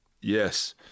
Yes